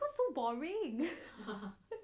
because that's so boring